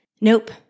Nope